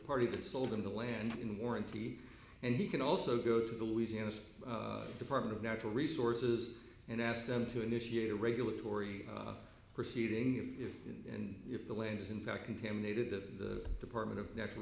party that sold them the land in warranty and he can also go to the louisiana department of natural resources and ask them to initiate a regulatory proceeding if and if the land is in fact contaminated the department of natural